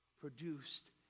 produced